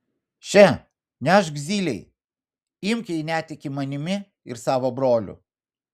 še nešk zylei imk jei netiki manimi ir savo broliu